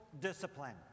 discipline